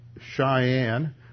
Cheyenne